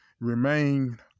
remain